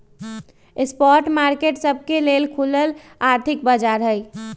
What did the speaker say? spot market सबके लेल खुलल आर्थिक बाजार हइ